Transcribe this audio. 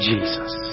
Jesus